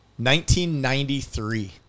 1993